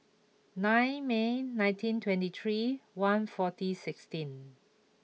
nine May nineteen twenty three one forty sixteen